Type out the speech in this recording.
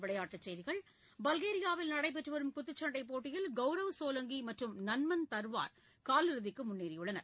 விளையாட்டுச் செய்திகள் பல்கேரியாவில் நடைபெற்று வரும் குத்துசண்டை போட்டியில் கவுரவ் சோலங்கி மற்றும் நன்மன் தன்வார் காலிறுதிக்கு முன்னேறியுள்ளனர்